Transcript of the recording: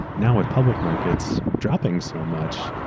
now with public markets dropping so much,